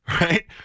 Right